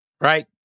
right